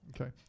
Okay